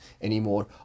anymore